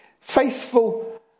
Faithful